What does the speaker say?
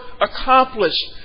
accomplished